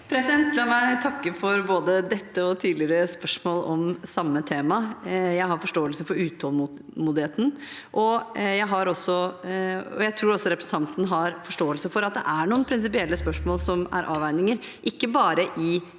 La meg takke for både dette og tidligere spørsmål om samme tema. Jeg har forståelse for utålmodigheten, og jeg tror også representanten har forståelse for at det er noen prinsipielle spørsmål som er avveininger – ikke bare i